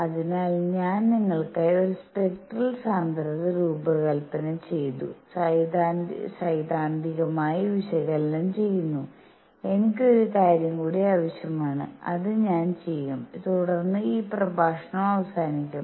അതിനാൽ ഞാൻ നിങ്ങൾക്കായി ഒരു സ്പെക്ട്രൽ സാന്ദ്രത രൂപകൽപ്പന ചെയ്തു സൈദ്ധാന്തികമായി വിശകലനം ചെയ്യുന്നു എനിക്ക് ഒരു കാര്യം കൂടി ആവശ്യമാണ് അത് ഞാൻ ചെയ്യും തുടർന്ന് ഈ പ്രഭാഷണം അവസാനിക്കും